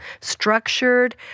structured